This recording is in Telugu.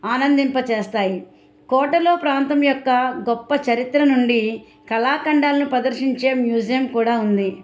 ఆనందింప చేస్తాయి కోటలో ప్రాంతం యొక్క గొప్ప చరిత్ర నుండి కళాఖండాలను ప్రదర్శించే మ్యూజియం కూడా ఉంది